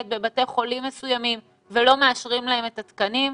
בבתי חולים מסוימים ולא מאשרים להם את התקנים.